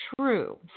true